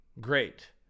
Great